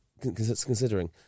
considering